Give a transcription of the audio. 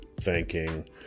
thanking